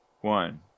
one